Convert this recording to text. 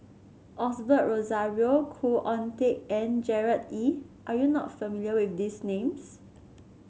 Osbert Rozario Khoo Oon Teik and Gerard Ee are you not familiar with these names